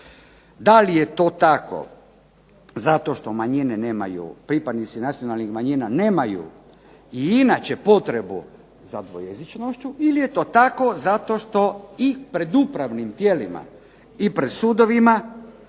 Da li je to tako zato što manjine nemaju, pripadnici nacionalnih manjina nemaju i inače potrebu za dvojezičnošću ili je to tako zato što i pred upravnim tijelima i pred sudovima